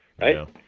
right